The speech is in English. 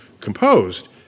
composed